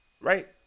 right